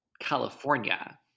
California